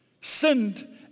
sinned